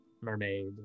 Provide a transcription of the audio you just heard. mermaid